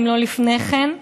אם לא לפני כן.